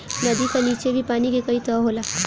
नदी का नीचे भी पानी के कई तह होला